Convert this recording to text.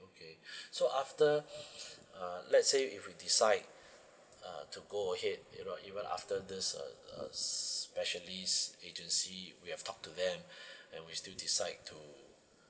okay so after uh let's say if we decide uh to go ahead you know even after this uh uh specialist agency we've talked to them and we still decide to